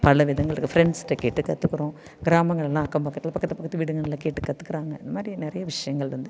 பல விதங்கள் இருக்குது ஃப்ரெண்ட்ஸ்ட கேட்டு கற்றுக்குறோம் கிராமங்கள்லாம் அக்கம் பக்கத்தில் பக்கத்து பக்கத்து வீடுங்கள்ல கேட்டு கற்றுக்கிறாங்க இந்தமாதிரி நிறைய விஷயங்கள் இருந்து